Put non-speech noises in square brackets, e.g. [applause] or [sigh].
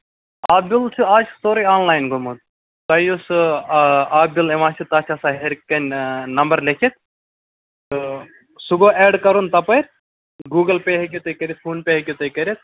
[unintelligible] چھُ آز چھُ سورُے آنلاین گوٚمُت تۄہہِ یُس آدِل یِوان چھُ تَتھ چھُ آسان ہٮ۪رِ کَن نَمبر لٮ۪کھِتھ تہٕ سُہ گوٚو ایڈ کَرُن تَپٲرۍ گوٗگٔل پَے ہٮ۪کِو تُہۍ کٔرِتھ فون پَے ہٮ۪کِو تُہۍ کٔرِتھ